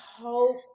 hope